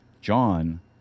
John